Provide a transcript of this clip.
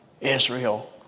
Israel